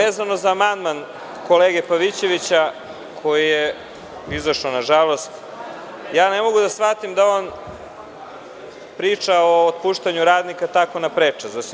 Vezano za amandman kolege Pavićevića, koji je izašao nažalost, ne mogu da shvatim da on priča o otpuštanju radnika, tako na prečac.